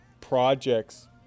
projects